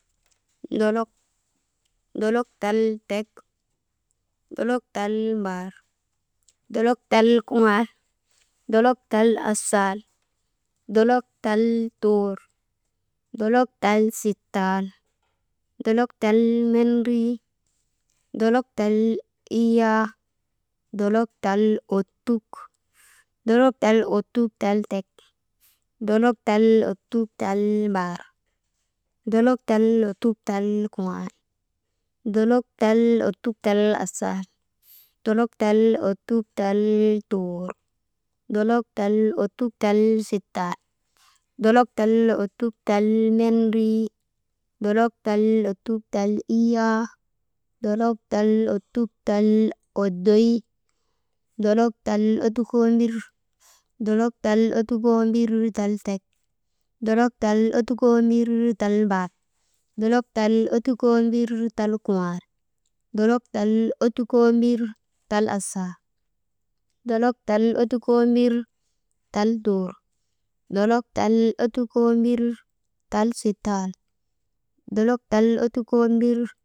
Dolok, dolok tal tek, dolok tal mbaar, dolok tal kuŋaal, dolok tal asaal, dolok tal tuur, dolok tal sittal, dolok tal mendrii, dolok tal iyaa, dolok tal ottuk, dolok tal ottuk tal tek, dolok tal ottuk tal mbaar, dolok tal ottuk tal kuŋaal, dolok tal ottuk tal asaal, dolok tal ottuk tal tuur, dolok tal ottuk tal sittal, dolok tal ottuk tal mendrii, dolok tal ottuk tal iyaa, dolok tal ottuk tal oddoy dolok tal ottuk tal ottukoo mbir, dolok tal ottukoo mbir tal tek, dolok tal ottukoo mbir tal mbaar, dolok tal ottukoo mbir tal kuŋaal, dolok tal ottukoo mbir tal asaal, dolok tal ottukoo mbir tal tuur, dolok tal ottukoo mbir tal sittal, dolok tal ottukoo mbir.